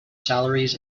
salaries